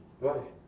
why